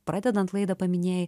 pradedant laidą paminėjai